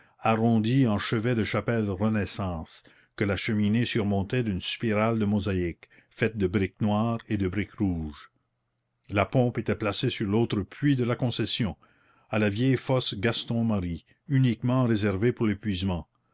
arrondies en chevet de chapelle renaissance que la cheminée surmontait d'une spirale de mosaïque faite de briques noires et de briques rouges la pompe était placée sur l'autre puits de la concession à la vieille fosse gaston marie uniquement réservée pour l'épuisement